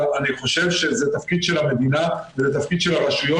אבל אני חושב שזה התפקיד של המדינה ושל הרשויות,